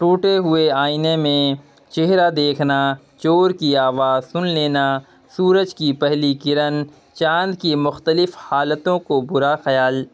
ٹوٹے ہوئے آئینے میں چہرہ دیکھنا چور کی آواز سن لینا سورج کی پہلی کرن چاند کی مختلف حالتوں کو برا خیال